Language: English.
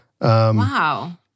Wow